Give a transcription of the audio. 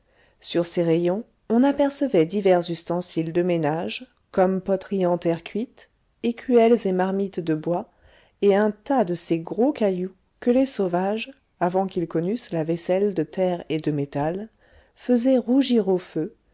sur ces rayons on apercevait divers ustensiles de ménage comme poterie en terre cuite écuelles et marmites de bois et un tas de ces gros cailloux que les sauvages avant qu'ils connussent la vaisselle de terre et de métal faisaient rougir au feu